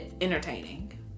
entertaining